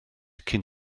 cyn